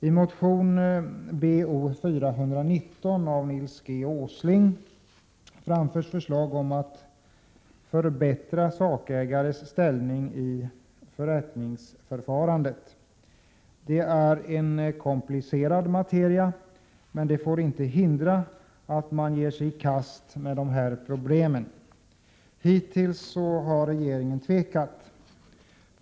I motion Bo419 av Nils G Åsling framförs förslag om att förbättra sakägares ställning i förrättningsförfarandet. Detta är en komplicerad materia, men det får inte hindra att man ger sig i kast med dessa problem. Hittills har regeringen tvekat.